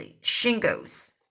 shingles